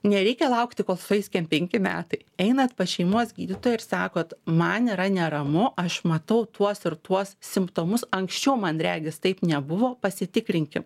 nereikia laukti kol sueis kem penki metai einat pas šeimos gydytoją ir sakot man yra neramu aš matau tuos ir tuos simptomus anksčiau man regis taip nebuvo pasitikrinkim